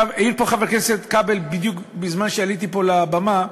העיר פה חבר הכנסת כבל בדיוק בזמן שעליתי לבמה,